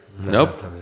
Nope